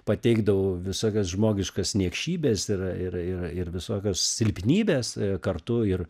pateikdavau visokias žmogiškas niekšybes ir ir ir ir visokias silpnybes kartu ir